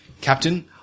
Captain